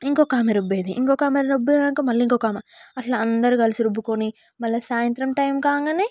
ఇంకొక ఆమె రుబ్బేది ఇంకొక ఆమె రుబ్బినాక మళ్ళా ఇంకొక ఆమె అట్లా అందరు కలిసి రుబ్బుకొని మళ్ళా సాయంత్రం టైం కాగానే